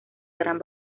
gran